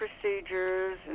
procedures